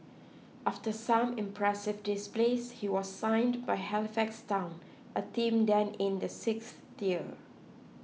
after some impressive displays he was signed by Halifax town a team then in the sixth tier